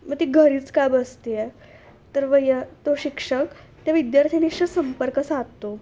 मग ती घरीच का बसते आहे तर वय तो शिक्षक त्या विद्यार्थिनीशी संपर्क साधतो